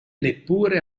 neppure